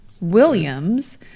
Williams